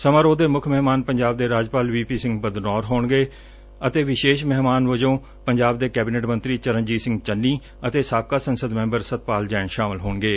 ਸਮਾਰੋਹ ਦੇ ਮੁੱਖ ਮਹਿਮਾਨ ਪੰਜਾਬ ਦੇ ਰਾਜਪਾਲ ਵੀ ਪੀ ਸਿੰਘ ਬਦਨੌਰ ਹੋਣਗੇ ਅਤੇ ਵਿਸ਼ੇਸ਼ ਮਹਿਮਾਨ ਜੋ ਪੰਜਾਬ ਦੇ ਕੈਬਨਿਟ ਮੰਤਰੀ ਚਰਨਜੀਤ ਸਿੰਘ ਚੰਨੀ ਅਤੇ ਸਾਬਕਾ ਸੰਸਦ ਮੈਂਬਰ ਸਤਪਾਲ ਜੈਨ ਸ਼ਾਮਲ ਹੋਣਗੇ